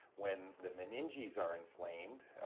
when the meninges are inflamed,